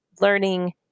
learning